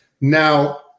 now